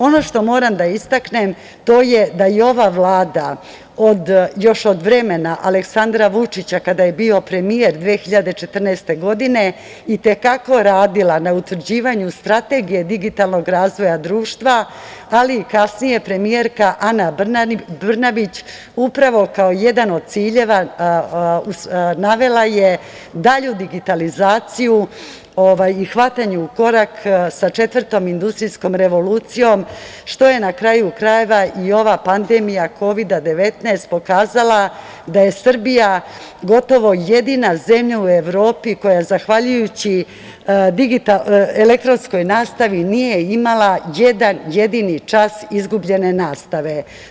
Ono što moram da istaknem to je da i ova vlada još od vremena Aleksandra Vučića kada je bio premijer 2014. godine i te kako je radila na utvrđivanju strategije digitalnog razvoja društva ali i kasnije premijerka Ana Brnabić upravo kao jedan od ciljeva navela je dalju digitalizaciju i hvatanju u korak sa četvrtom industrijskom revolucijom što je na kraju krajeva i ova pandemija Kovida-19 pokazala da je Srbija gotovo jedina zemlja u Evropi koja je zahvaljujući elektronskoj nastavi nije imala jedan, jedini čas izgubljene nastave.